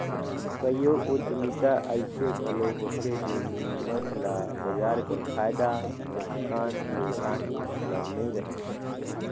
कइयो उद्यमिता अइसे घलो होथे जेमन ल बजार कर फयदा नोसकान ले काहीं मतलब नी रहें